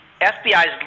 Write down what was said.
FBI's